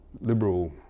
liberal